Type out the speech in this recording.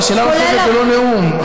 אבל שאלה נוספת זה לא נאום,